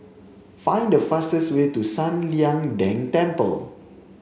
find the fastest way to San Lian Deng Temple